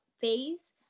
phase